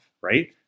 right